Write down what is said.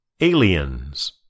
Aliens